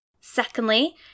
Secondly